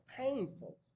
painful